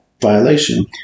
violation